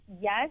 Yes